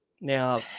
Now